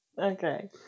Okay